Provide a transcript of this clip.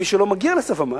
מי שלא מגיע לסף המס,